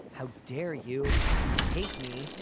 how dare you? you hate me.